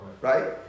right